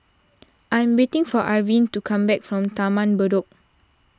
I am waiting for Arvin to come back from Taman Bedok